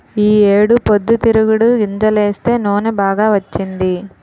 ఈ ఏడు పొద్దుతిరుగుడు గింజలేస్తే నూనె బాగా వచ్చింది